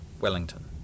Wellington